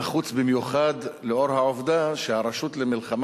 נחוץ במיוחד לאור העובדה שהרשות למלחמה